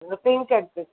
இந்த பிங்க் எடுத்துக்